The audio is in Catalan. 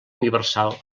universal